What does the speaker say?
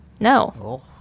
No